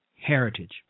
heritage